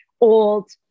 old